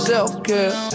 Self-care